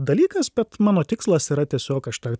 dalykas bet mano tikslas yra tiesiog aš tą